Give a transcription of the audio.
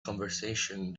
conversations